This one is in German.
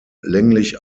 länglich